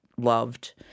loved